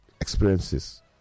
experiences